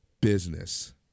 business